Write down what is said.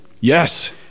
Yes